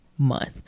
month